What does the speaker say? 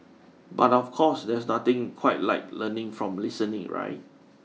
but of course there's nothing quite like learning from listening right